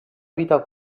vita